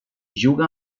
juga